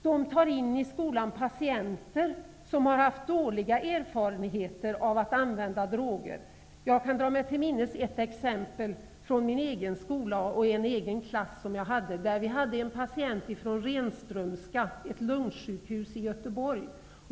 De kan till skolan bjuda in människor som har haft dåliga erfarenheter av att använda droger. Jag kan dra mig till minnes ett exempel från min egen skola. I den klass som jag hade fanns det en patient från Renströmska, ett lungsjukhus i Göteborg.